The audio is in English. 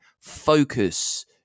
focus